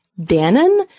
Dannon